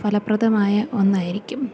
ഫലപ്രദമായ ഒന്നായിരിക്കും